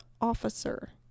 officer